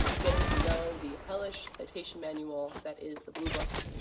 getting to know the hellish citation manual that is the blue book,